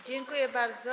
Dziękuję bardzo.